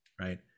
Right